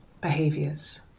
behaviors